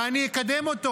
ואני אקדם אותו.